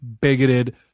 bigoted